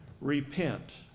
repent